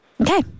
Okay